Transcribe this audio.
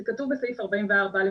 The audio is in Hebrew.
זה כתוב בסעיף 44א(א)